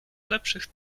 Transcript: lepszych